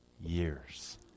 years